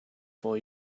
for